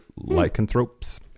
lycanthropes